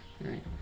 Right